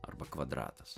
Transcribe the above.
arba kvadratas